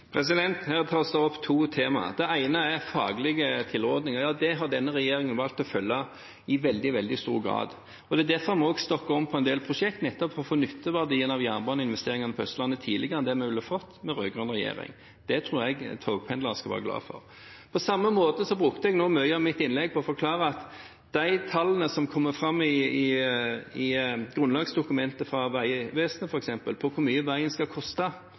Her tas det opp to tema. Det ene er faglige tilrådinger. Ja, dem har denne regjeringen valgt å følge i veldig, veldig stor grad. Det er derfor vi også stokker om på en del prosjekt, nettopp for å få nytteverdien av jernbaneinvesteringene på Østlandet tidligere enn det vi ville fått med rød-grønn regjering. Det tror jeg togpendlerne skal være glad for. På samme måte brukte jeg nå mye av mitt innlegg på å forklare at de tallene som kommer fram i grunnlagsdokumentet, fra Vegvesenet f.eks., på hvor mye veien til Arna skal koste,